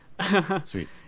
Sweet